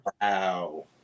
wow